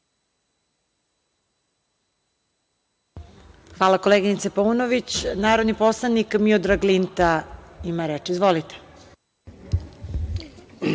Hvala, koleginice Paunović. Narodni poslanik Miodrag Linta ima reč. Izvolite.